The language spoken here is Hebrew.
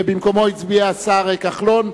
ובמקומו הצביע השר כחלון.